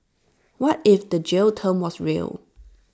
what if the jail term was real